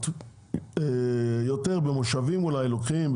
יותר במושבים אולי לוקחים,